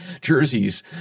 jerseys